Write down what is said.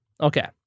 Okay